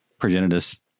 progenitus